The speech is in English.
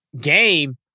game